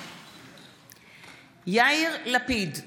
מתחייב אני יאיר לפיד,